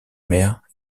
mère